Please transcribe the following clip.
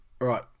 right